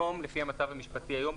לפי המצב המשפטי היום,